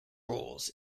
roles